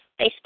Facebook